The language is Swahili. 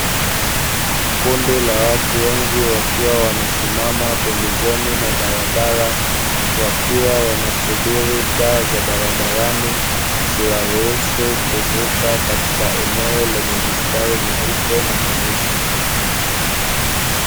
Kundi la watu wengi, wakiwa wamesimama pembezoni mwa barabara. Wakiwa wanasubiri taa za barabarani ziwaruhusu kuvuka katika eneo lenye mistari meupe na meusi.